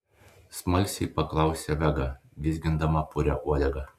smalsiai paklausė vega vizgindama purią uodegą